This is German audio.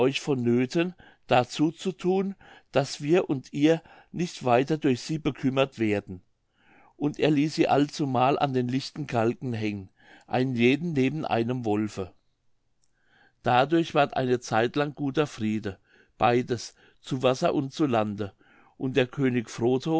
von nöthen dazu zu thun daß wir und ihr nicht weiter durch sie bekümmert werden und er ließ sie allzumal an den lichten galgen hängen einen jeden neben einem wolfe dadurch ward eine zeitlang guter friede beides zu wasser und zu lande und der könig frotho